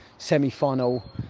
semi-final